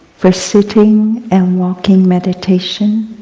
for sitting and walking meditation,